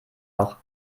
auch